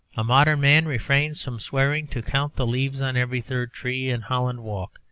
a modern man refrains from swearing to count the leaves on every third tree in holland walk,